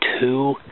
two